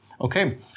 Okay